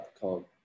called